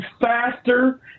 faster